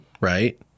right